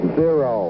zero